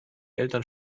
eltern